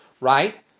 right